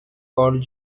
called